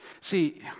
See